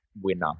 winner